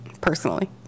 personally